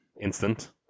instant